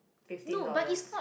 fifteen dollars